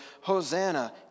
Hosanna